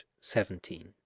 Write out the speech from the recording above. seventeen